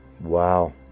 Wow